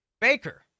Baker